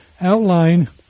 outline